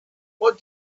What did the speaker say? what